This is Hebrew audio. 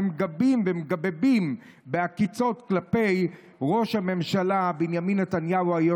ומגבים ומגבבים בעקיצות כלפי ראש הממשלה היוצא בנימין נתניהו.